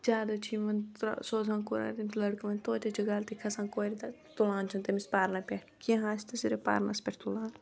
زیادٕ حظ چھِ یِوان ژَ سوزان کورٮ۪ن تہِ لٔڑکَن توتہِ حظ چھِ غلطی کھسان کورِ تَتہِ تہٕ تُلان چھِ تٔمِس پَرنہٕ پٮ۪ٹھ کیٚنٛہہ آسہِ تہٕ صرف پَرنس پٮ۪ٹھ تُلان